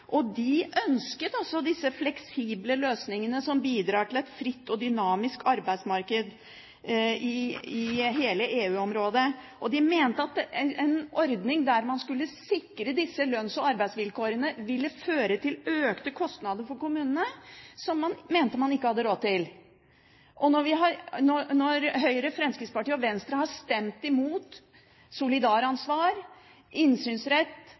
De ønsket altså disse fleksible løsningene som bidrar til et fritt og dynamisk arbeidsmarked i hele EU-området, og de mente at en ordning der man skulle sikre disse lønns- og arbeidsvilkårene, ville føre til økte kostnader for kommune som de mente man ikke hadde råd til. Når Høyre, Fremskrittspartiet og Venstre har stemt imot solidaransvar, innsynsrett